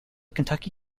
kentucky